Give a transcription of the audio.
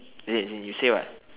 as in as in you say what